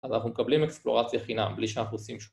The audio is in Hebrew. ‫אז אנחנו מקבלים אקספלורציה חינם ‫בלי שאנחנו עושים שום..